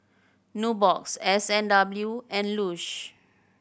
Nubox S and W and Lush